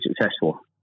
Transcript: successful